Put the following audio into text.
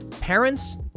Parents